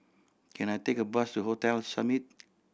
can I take a bus to Hotel Summit